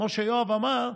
כמו שיואב אמר,